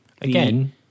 Again